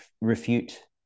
refute